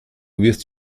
wirst